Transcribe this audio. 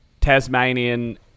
Tasmanian